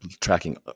tracking